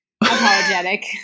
apologetic